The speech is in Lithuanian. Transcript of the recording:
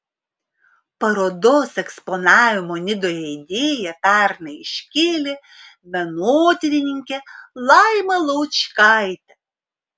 parodos eksponavimo nidoje idėją pernai iškėlė menotyrininkė laima laučkaitė